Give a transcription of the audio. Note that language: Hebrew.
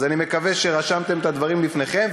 אז אני מקווה שרשמתם את הדברים לפניכם.